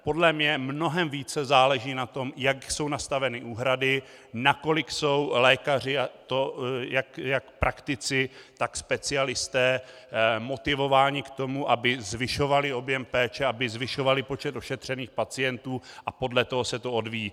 Podle mě mnohem více záleží na tom, jak jsou nastaveny úhrady, nakolik jsou lékaři, a to jak praktici, tak specialisté, motivováni k tomu, aby zvyšovali objem péče, aby zvyšovali počet ošetřených pacientů, a podle toho se to odvíjí.